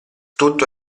tutto